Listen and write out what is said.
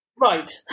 Right